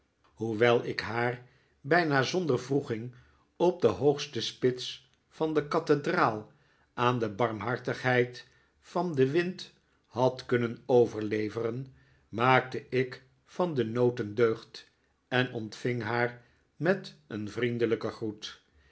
hoewel ik haar bijna zonder wroeging op de hoogste spits van de kathedraal aan de barmhartigheid van den wind had kunnen overleveren maakte ik van den nood een deugd en ontving haar met een vriendelijken groet